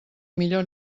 millor